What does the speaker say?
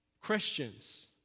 Christians